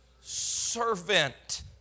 servant